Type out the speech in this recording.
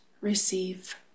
receive